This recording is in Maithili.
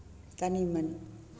तनि मनि